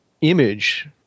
image